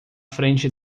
frente